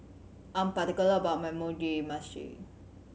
I am particular about my Mugi Meshi